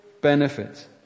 benefit